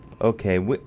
Okay